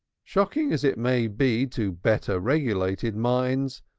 shocking as it may be to better regulated minds,